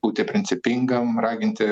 būti principingam raginti